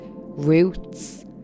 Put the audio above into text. roots